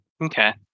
Okay